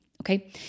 Okay